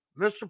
Mr